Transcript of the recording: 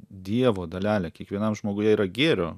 dievo dalelė kiekvienam žmoguje yra gėrio